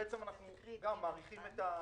אפשר לדעת מה השיקולים?